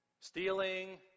Stealing